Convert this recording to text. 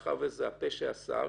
מאחר וזה הפה שאסר